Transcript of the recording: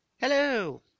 hello